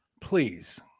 Please